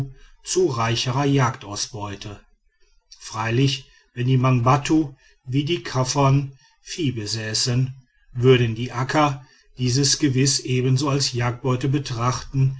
zu reicherer jagdausbeute freilich wenn die mangbattu wie die kaffern vieh besäßen würden die akka dieses gewiß ebenso als jagdbeute betrachten